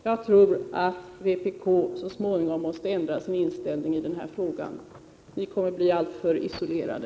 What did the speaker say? Jag tror att vpk så småningom måste ändra sin inställning i den här frågan. Ni kommer att bli alltför isolerade.